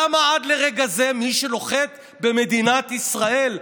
למה עד לרגע זה מי שנוחת במדינת ישראל,